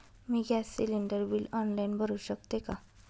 मी gas cylinder bill online भरु शकते का?